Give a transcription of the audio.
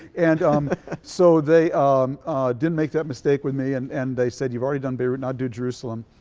and um so they um didn't make that mistake with me and and they said you've already done beirut. now do jerusalem.